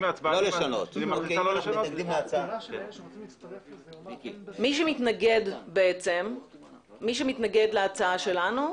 מי שמתנגד להצעה שלנו-